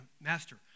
master